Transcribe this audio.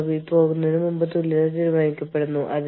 തൊഴിൽ ബന്ധങ്ങളുടെ കേന്ദ്രീകൃത നിയന്ത്രണമാണ് മറ്റൊന്ന്